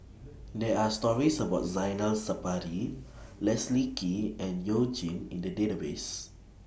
There Are stories about Zainal Sapari Leslie Kee and YOU Jin in The Database